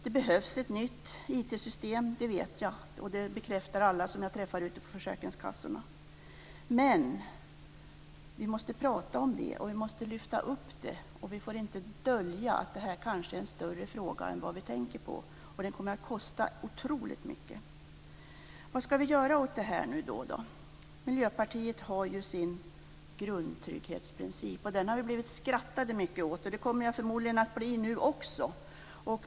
Det behövs ett nytt IT-system. Det bekräftar alla som jag träffar ute på försäkringskassorna. Men vi måste prata om det, och vi måste lyfta upp det. Vi får inte dölja att det här kanske är en större fråga än vad vi tänker på. Och den kommer att kosta otroligt mycket. Vad ska vi göra åt det här då? Miljöpartiet har ju sin grundtrygghetsprincip. Den har man skrattat mycket åt, och man kommer förmodligen att skratta nu också.